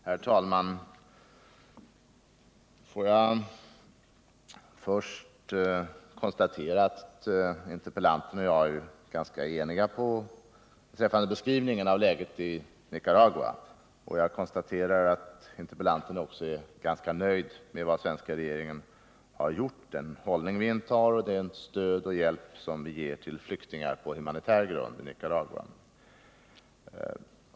Herr talman! Får jag först konstatera att interpellanten och jag är ganska eniga beträffande läget i Nicaragua, och jag konstaterar också att interpellanten är ganska nöjd med vad den svenska regeringen har gjort, med den hållning vi intar och det stöd och den hjälp som vi på humanitär grund ger till flyktingar från Nicaragua.